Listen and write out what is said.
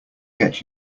get